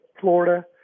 Florida